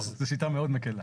לא, זה שיטה מאוד מקלה.